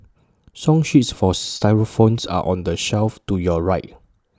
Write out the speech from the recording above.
song sheets for xylophones are on the shelf to your right